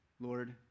Lord